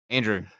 Andrew